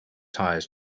ties